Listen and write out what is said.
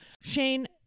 Shane